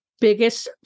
biggest